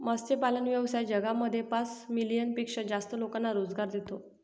मत्स्यपालन व्यवसाय जगामध्ये पाच मिलियन पेक्षा जास्त लोकांना रोजगार देतो